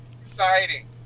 Exciting